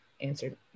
answered